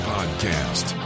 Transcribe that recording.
Podcast